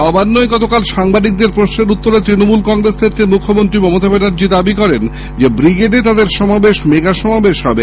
নবাল্লে গতকাল সাংবাদিকদের প্রশ্নের উত্তরে তৃণমূল কংগ্রেস নেত্রী মুখ্যমন্ত্রী মমতা ব্যানার্জী দাবি করেন ব্রিগেডে তাদের সমাবেশ মেগা সমাবেশ হবে